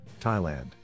thailand